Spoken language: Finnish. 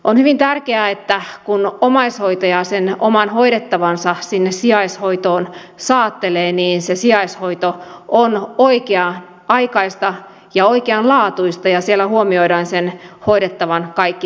on hyvin tärkeää että kun omaishoitaja sen oman hoidettavansa sinne sijaishoitoon saattelee niin se sijaishoito on oikea aikaista ja oikeanlaatuista ja siellä huomioidaan sen hoidettavan kaikki tarpeet